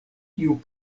kiu